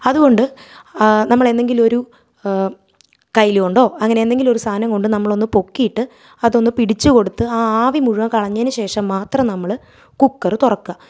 അതുകൊണ്ട് നമ്മളെന്തെങ്കിലും ഒരു കയ്യിൽ കൊണ്ടോ അങ്ങനെന്തെങ്കിലൊരു സാധനം കൊണ്ട് നമ്മളൊന്ന് പൊക്കീട്ട് അതൊന്ന് പിടിച്ച് കൊടുത്ത് ആ ആവി മുഴുവൻ കളഞ്ഞതിന് ശേഷം മാത്രം നമ്മൾ കുക്കറ് തുറക്കുക